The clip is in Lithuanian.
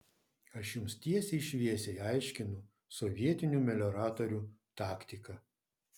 aš jums teisiai šviesiai aiškinu sovietinių melioratorių taktiką